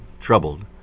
troubled